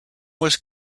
was